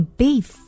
beef